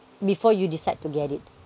before you decide to get it